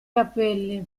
capelli